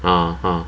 (uh huh)